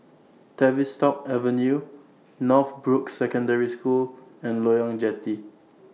Tavistock Avenue Northbrooks Secondary School and Loyang Jetty